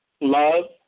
love